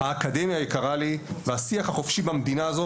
האקדמיה יקרה לי והשיח החופשי במדינה הזו,